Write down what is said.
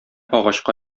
агачка